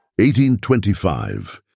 1825